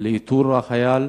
לאיתור החייל?